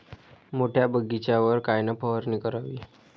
मोठ्या बगीचावर कायन फवारनी करावी?